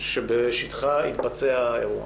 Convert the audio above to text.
שבשטחה התבצע האירוע.